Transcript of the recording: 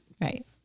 right